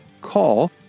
call